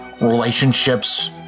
relationships